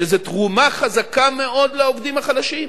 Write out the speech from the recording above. שזה תרומה חזקה מאוד לעובדים החלשים.